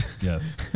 Yes